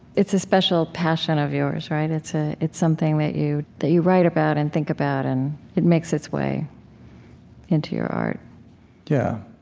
it's a special passion of yours, right? ah it's something that you that you write about and think about, and it makes its way into your art yeah.